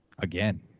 Again